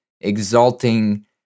exalting